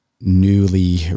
newly